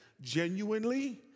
genuinely